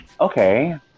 Okay